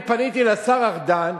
אני פניתי לשר ארדן